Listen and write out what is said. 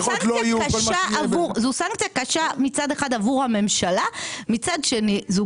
זו סנקציה קשה עבור הממשלה ומצד שני זאת